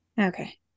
Okay